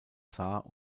saar